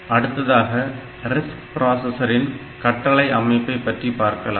அடுத்ததாக RISC பிராசஸரின் கட்டளை கட்டமைப்பை பற்றி பார்க்கலாம்